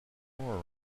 more